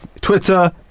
twitter